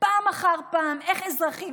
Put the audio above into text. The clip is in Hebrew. פעם אחר פעם איך אזרחים,